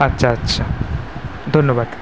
আচ্ছা আচ্ছা ধন্যবাদ